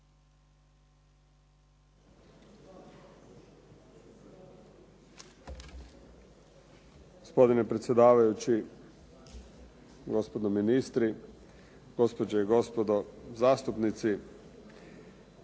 Gospodine predsjedavajući, gospodo ministri, gospođe i gospodo zastupnici.